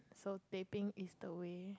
so teh peng is the way